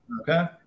Okay